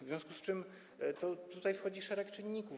W związku z czym w grę wchodzi szereg czynników.